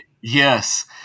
Yes